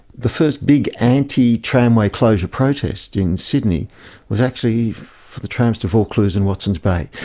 the first big anti-tramway closure protest in sydney was actually for the trams to vaucluse and watson's bay,